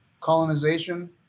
colonization